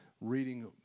reading